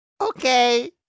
Okay